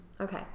Okay